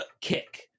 kick